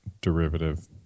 derivative